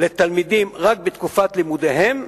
לתלמידים רק בתקופת לימודיהם,